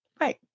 right